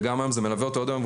וגם היום זה מלווה אותו עד היום,